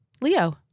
Leo